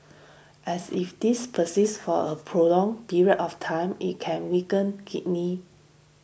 and if this persists for a prolonged period of time it can weaken kidney